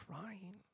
crying